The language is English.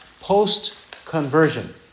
post-conversion